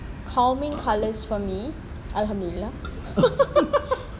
calming colours for me alhamdulillah